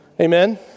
Amen